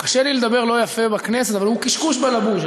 קשה לי לדבר לא יפה בכנסת, אבל הוא קשקוש בלבוש.